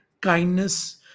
Kindness